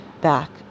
back